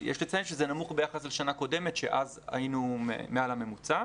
יש לציין שזה נמוך ביחס לשנה קודמת שאז היינו מעל הממוצע.